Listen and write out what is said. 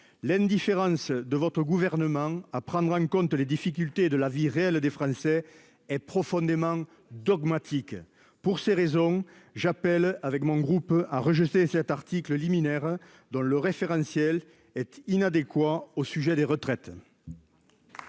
l'indifférence de votre gouvernement à prendre en compte les difficultés de la vie réelle des Français est profondément dogmatique. Pour ces raisons, j'appelle avec mon groupe a rejeté cet article liminaire dans le référentiel était inadéquat au sujet des retraites.